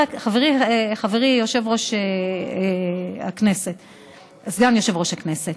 חברי סגן יושב-ראש הכנסת,